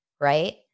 right